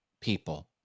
people